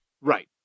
Right